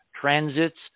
transits